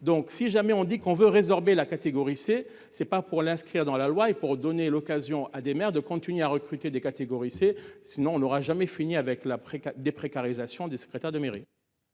Donc si jamais on dit qu'on veut résorber la catégorie C, c'est pas pour l'inscrire dans la loi et pour donner l'occasion à des mères de continuer à recruter des catégories C, sinon on n'aura jamais fini avec la déprécarisation des secrétaire de mairie.